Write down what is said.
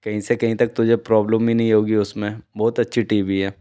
कहीं से कहीं तक तुझे प्रोब्लम भी नहीं होगी उस में बहुत अच्छी टी वी है